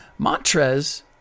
Montrez